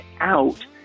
out